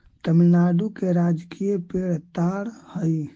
तमिलनाडु के राजकीय पेड़ ताड़ हई